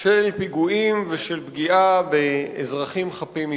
של פיגועים ושל פגיעה באזרחים חפים מפשע.